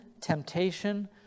temptation